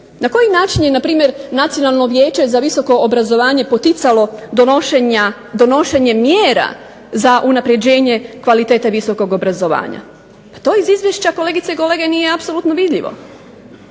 na koji način je na primjer Nacionalno vijeće za visoko obrazovanje poticalo donošenje mjera za unapređenje kvalitete visokog obrazovanja. Pa to iz izvješća kolegice i kolege nije apsolutno vidljivo,